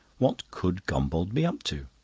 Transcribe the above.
what could gombauld be up to?